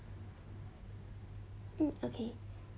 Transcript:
hmm okay